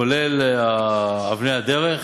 כולל אבני הדרך.